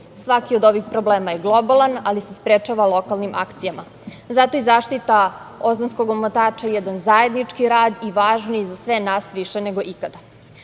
Svaki od ovih problema je globalan, ali se sprečava lokalnim akcijama. Zato je i zaštita ozonskog omotača jedan zajednički rad i važan za sve nas više nego ikada.S